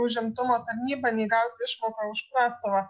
užimtumo tarnybą nei gauti išmoką už prastovą